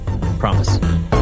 Promise